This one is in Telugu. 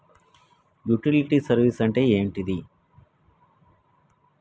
యుటిలిటీ సర్వీస్ అంటే ఏంటిది?